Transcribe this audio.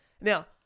Now